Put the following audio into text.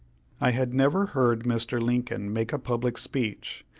i had never heard mr. lincoln make a public speech,